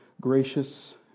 gracious